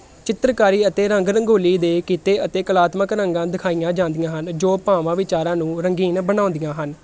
ਚਿੱਤਰਕਾਰੀ ਅਤੇ ਰੰਗ ਰੰਗੋਲੀ ਦੇ ਕਿੱਤੇ ਅਤੇ ਕਲਾਤਮਕ ਰੰਗਾਂ ਦਿਖਾਈਆਂ ਜਾਂਦੀਆਂ ਹਨ ਜੋ ਭਾਵਾਂ ਵਿਚਾਰਾਂ ਨੂੰ ਰੰਗੀਨ ਬਣਾਉਂਦੀਆਂ ਹਨ